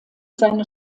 seine